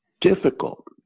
difficult